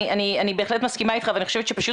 אני בהחלט מסכימה איתך ואני חושבת שפשוט